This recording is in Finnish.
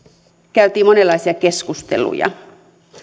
käytiin monenlaisia keskusteluja